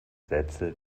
sätze